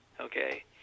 Okay